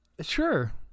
Sure